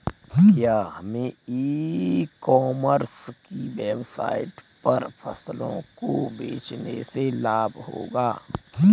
क्या हमें e commerce की वेबसाइट पर फसलों को बेचने से लाभ होगा?